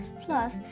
Plus